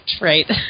right